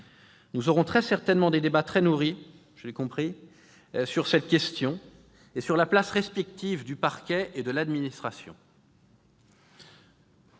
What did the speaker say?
Nous aurons certainement des débats très nourris- je l'ai compris -sur cette question et sur la place respective du parquet et de l'administration.